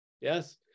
Yes